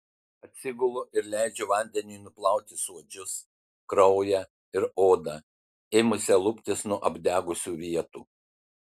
atsigulu ir leidžiu vandeniui nuplauti suodžius kraują ir odą ėmusią luptis nuo apdegusių vietų